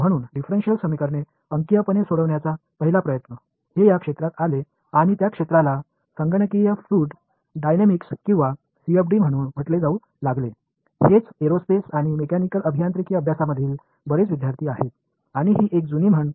எனவே ஒரு differential equations எண்ணியல் ரீதியாக தீர்க்க முயற்சிக்கும் முதல் முயற்சி இந்த கம்புயுடஷனல் ஃபிலிட் டயனாமிக்ஸ் அல்லது CFD என்று அழைக்கப்படுவது நடைமுறைக்கு வந்தது இதைத்தான் விண்வெளி மற்றும் இயந்திர பொறியியல் ஆய்வில் நிறைய மாணவர்கள் படித்தனர்